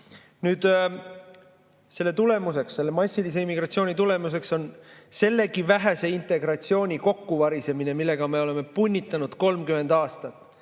Selle tulemuseks, selle massilise immigratsiooni tulemuseks on sellegi vähese integratsiooni kokkuvarisemine, millega me oleme punnitanud 30 aastat.